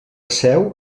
seu